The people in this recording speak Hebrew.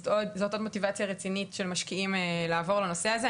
זאת המוטיבציה הרצינית של משקיעים לעבור לנושא הזה.